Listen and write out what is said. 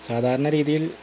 സാധാരണരീതിയിൽ